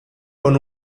con